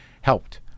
helped